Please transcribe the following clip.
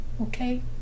Okay